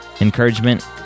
encouragement